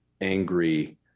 angry